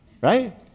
right